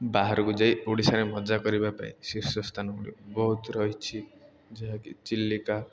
ବାହାରକୁ ଯାଇ ଓଡ଼ିଶାରେ ମଜା କରିବା ପାଇଁ ଶୀର୍ଷ ସ୍ଥାନ ଗୁଡ଼ିଏ ବହୁତ ରହିଛି ଯାହାକି ଚିଲିକା